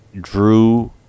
drew